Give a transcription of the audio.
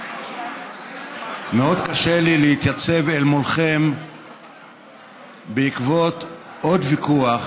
מאוד קשה לי להתייצב מולכם בעקבות עוד ויכוח